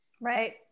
Right